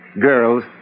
Girls